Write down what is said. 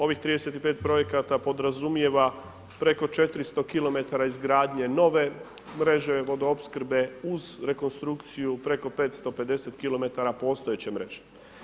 ovih 35 projekata podrazumijeva preko 400 km izgradnje nove mreže vodoopskrbe, uz rekonstrukciju preko 550 km postojeće mreže.